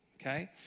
okay